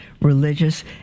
Religious